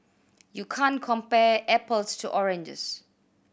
you can't compare apples to oranges